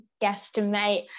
guesstimate